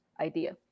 idea